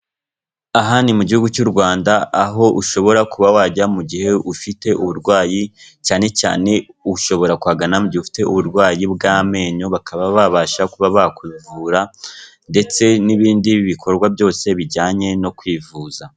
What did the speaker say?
Aha ni mu gihugu cy'u Rwanda, aho ushobora kuba wajya mu gihe ufite uburwayi cyane cyane ushobora kuhagana mu gihe ufite uburwayi bw'amenyo, bakaba babasha kuba bakuvura ndetse n'ibindi bikorwa byose bijyanye no kwivuza.